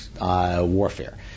warfare